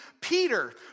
Peter